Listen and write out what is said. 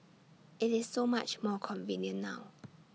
IT is so much more convenient now